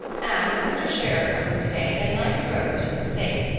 anne, if mr. shearer comes today get a nice roast and some steak.